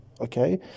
Okay